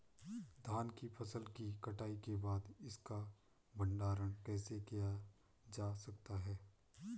धान की फसल की कटाई के बाद इसका भंडारण कैसे किया जा सकता है?